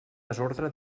desordre